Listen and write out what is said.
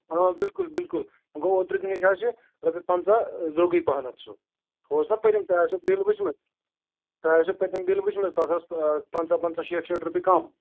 ہاں بِلکُل بِلکل وۅنۍ گوٚو اوترٕ گٔیہِ اَسہِ رۄپیہِ پَنٛژاہ درٛۄگُے پَہم سُہ ہہُ اوس نا پٔتِم تۄہہِ آسٮ۪وٕ بِل وُچھمٕژ تۄہہِ آسٮ۪وٕ پٔتِم بِل وُچھمٕژ تتھ ٲسۍ پَنٛژاہ پَنٛژاہ شیٹھ شیٹھ رۄپیہِ کم